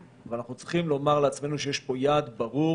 אבל אנחנו צריכים לומר לעצמנו שיש פה יעד ברור